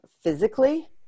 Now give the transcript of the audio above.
physically